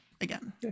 again